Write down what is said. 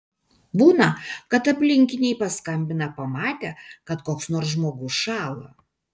būna kad aplinkiniai paskambina pamatę kad koks nors žmogus šąla